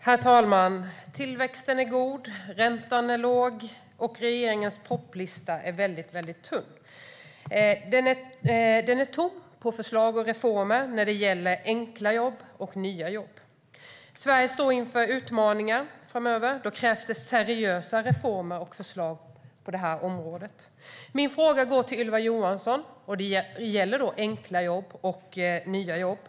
Herr talman! Tillväxten är god. Räntan är låg. Och regeringens propositionslista är väldigt tunn. Den är tom på förslag och reformer när det gäller enkla jobb och nya jobb. Sverige står inför utmaningar framöver. Då krävs det seriösa reformer och förslag på det här området. Min fråga går till Ylva Johansson, och det gäller enkla jobb och nya jobb.